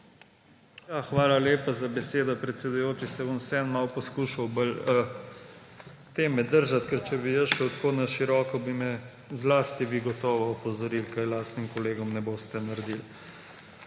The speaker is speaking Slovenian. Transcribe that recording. Hvala lepa za besedo, predsedujoči. Se bom vseeno poskušal malo bolj držati teme, ker če bi jaz šel tako na široko, bi me, zlasti vi, gotovo opozorili, kar lastnim kolegom ne boste naredili.